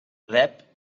rep